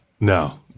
No